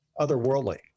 otherworldly